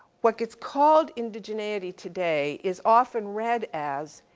what gets called indigeneity today is often read as,